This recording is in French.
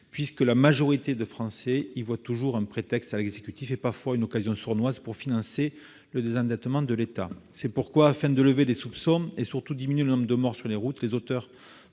une majorité de Français y voit toujours un prétexte de l'exécutif, et parfois une occasion sournoise, pour financer le désendettement de l'État. Afin de lever ces soupçons et surtout de diminuer le nombre de morts sur les routes, les auteurs